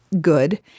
good